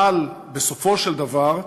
אבל בסופו של דבר,